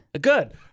Good